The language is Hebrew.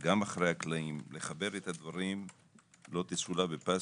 גם אחרי הקלעים לחבר את הדברים לא תסולא בפז.